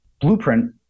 blueprint